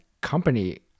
company